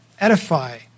edify